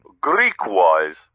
Greek-wise